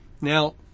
Now